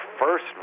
first